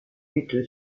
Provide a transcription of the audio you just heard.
lutte